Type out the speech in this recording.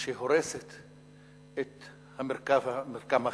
שהורסת את המרקם החברתי.